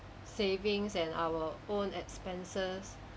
savings and our own expenses